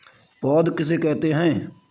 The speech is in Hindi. पौध किसे कहते हैं?